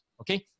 Okay